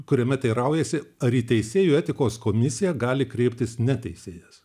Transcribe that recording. kuriame teiraujasi ar į teisėjų etikos komisiją gali kreiptis ne teisėjas